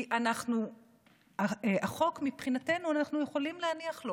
כי החוק, מבחינתנו, אנחנו יכולים להניח לו